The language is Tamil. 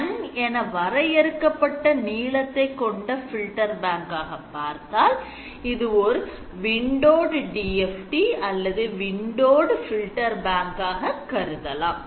N என வரையறுக்கப்பட்ட நீளத்தை கொண்ட Filter bank ஆக பார்த்தால் இது ஓர் windowed DFT அல்லது windowed filter bank ஆக கருதலாம்